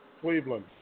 Cleveland